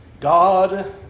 God